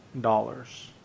dollars